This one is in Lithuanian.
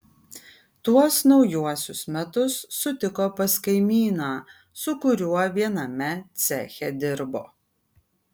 tuos naujuosius metus sutiko pas kaimyną su kuriuo viename ceche dirbo